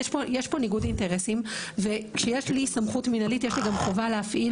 יש פה ניגוד אינטרסים וכשיש לי סמכות מנהלית יש לי גם חובה להפעיל